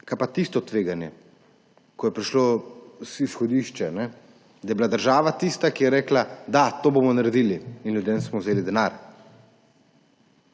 Kaj pa tisto tveganje, ko je prišlo izhodišče, da je bila država tista, ki je rekla, da, to bomo naredili? In ljudem smo vzeli denar.